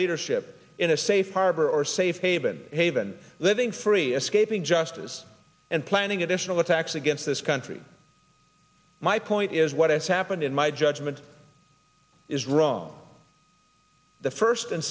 leadership in a safe harbor or safe haven haven living free escaping justice and planning additional attacks against this country my point is what has happened in my judgment is wrong the first